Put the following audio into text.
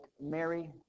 Mary